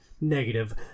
negative